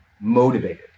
motivated